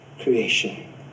creation